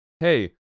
hey